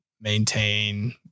maintain